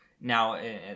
now